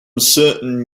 certain